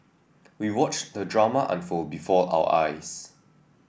we watched the drama unfold before our eyes